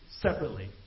separately